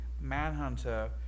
Manhunter